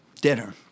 dinner